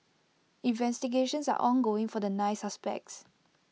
investigations are ongoing for the nine suspects